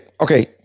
okay